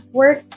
work